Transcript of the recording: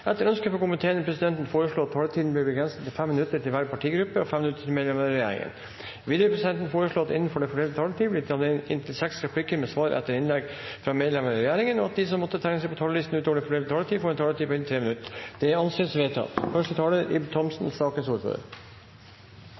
vil presidenten foreslå at det – innenfor den fordelte taletid – blir gitt anledning til inntil seks replikker med svar etter innlegg fra medlemmer av fra regjeringen, og at de som måtte tegne seg på talerlisten utover den fordelte taletid, får en taletid på inntil 3 minutter. – Det anses vedtatt.